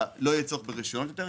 לא יהיה צורך ברשיון יותר.